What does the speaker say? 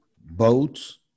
boats